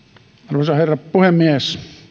arvoisa herra puhemies ensiksi teen